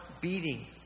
beating